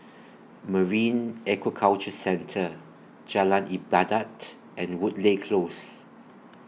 Marine Aquaculture Centre Jalan Ibadat and Woodleigh Close